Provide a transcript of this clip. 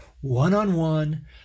One-on-one